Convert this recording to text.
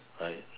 right